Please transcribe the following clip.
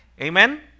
Amen